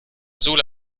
sohle